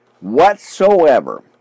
whatsoever